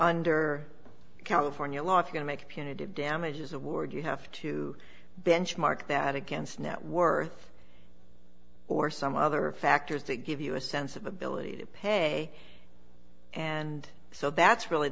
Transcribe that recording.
under california law if you make a punitive damages award you have to benchmark that against net worth or some other factors that give you a sense of ability to pay and so that's really